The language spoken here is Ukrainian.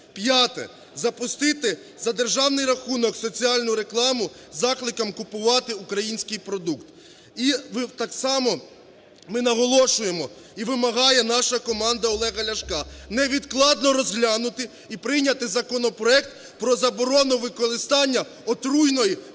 П'яте. Запустити за державний рахунок соціальну рекламу з закликом купувати український продукт. І так само ми наголошуємо і вимагаємо, наша команда, Олега Ляшка невідкладно розглянути і прийняти законопроект про заборону використання отруйної